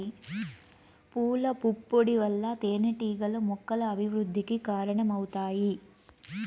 పూల పుప్పొడి వల్ల తేనెటీగలు మొక్కల అభివృద్ధికి కారణమవుతాయి